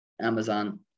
Amazon